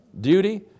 duty